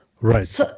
Right